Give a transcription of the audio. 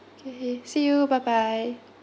K see you bye bye